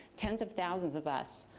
tens of thousands of us,